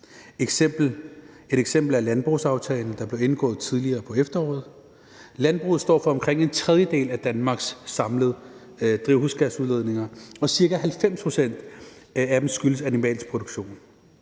Et eksempel er landbrugsaftalen, der blev indgået tidligere på efteråret. Landbruget står for omkring 1/3 af Danmarks samlede drivhusgasudledninger, og ca. 90 pct. af dem skyldes animalsk produktion.